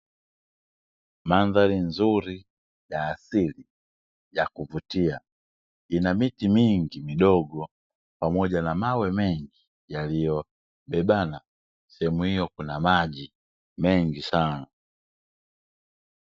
Mandhari nzuri ya asili yakuvutia, ina miti mingi midogo pamoja na mawe mengi yaliyobebana. Sehemu hiyo kuna maji mengi sana.